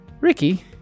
Ricky